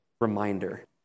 reminder